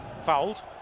fouled